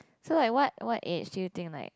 so like what what age do you think like